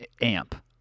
AMP